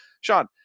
sean